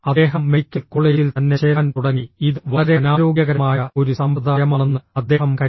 അദ്ദേഹം മെഡിക്കൽ കോളേജിൽ തന്നെ ചേരാൻ തുടങ്ങി ഇത് വളരെ അനാരോഗ്യകരമായ ഒരു സമ്പ്രദായമാണെന്ന് അദ്ദേഹം കരുതി